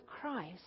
Christ